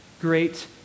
great